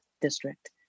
district